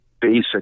basic